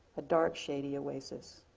a dark shady oasis.